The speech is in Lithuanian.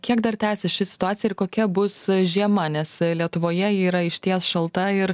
kiek dar tęsis ši situacija ir kokia bus žiema nes lietuvoje ji yra išties šalta ir